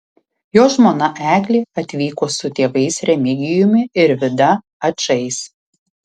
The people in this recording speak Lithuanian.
jo žmona eglė atvyko su tėvais remigijumi ir vida ačais